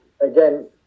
again